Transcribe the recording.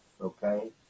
okay